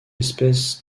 espèce